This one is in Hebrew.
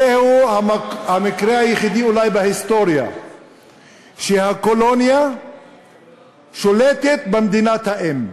זהו המקרה היחידי אולי בהיסטוריה שהקולוניה שולטת במדינת האם.